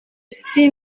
six